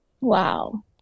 Wow